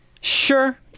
Sure